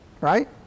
Right